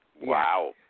Wow